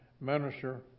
minister